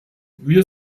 wir